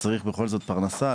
צריך בכל זאת פרנסה,